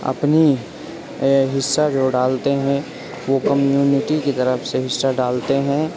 اپنی حصہ جو ڈالتے ہیں وہ کمیونٹی کی طرف سے حصہ ڈالتے ہیں